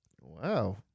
Wow